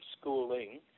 schooling